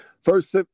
first